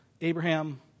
Abraham